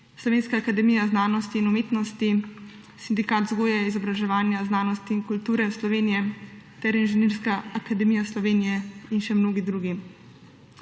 Slovenska akademija znanosti in umetnosti, Sindikat vzgoje in izobraževanja, znanosti in kulture Slovenije ter Inženirska akademija Slovenije in še mnogi drugi.